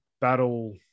battle